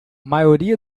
maioria